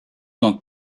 dans